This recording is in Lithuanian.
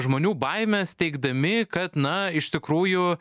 žmonių baimes teigdami kad na iš tikrųjų